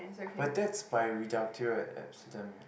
but that's by reductio ad absurdum